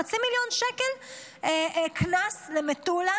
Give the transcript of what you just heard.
חצי מיליון שקל קנס למטולה